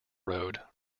road